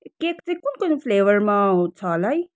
cake चाहिँ कुन कुन फ्लेबरमा छ होला है